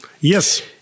yes